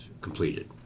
completed